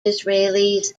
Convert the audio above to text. israelis